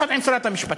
יחד עם שרת המשפטים,